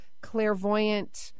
clairvoyant